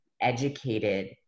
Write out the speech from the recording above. educated